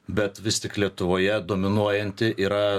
bet vis tik lietuvoje dominuojanti yra